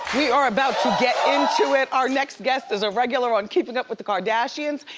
we are about to get into it. our next guest is a regular on keeping up with the kardashians.